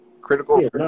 critical